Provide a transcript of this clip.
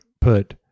put